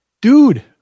Dude